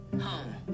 home